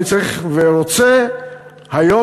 אני צריך ורוצה היום,